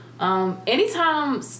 Anytime